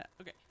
Okay